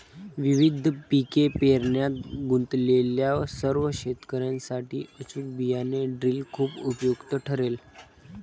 विविध पिके पेरण्यात गुंतलेल्या सर्व शेतकर्यांसाठी अचूक बियाणे ड्रिल खूप उपयुक्त ठरेल